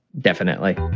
definitely.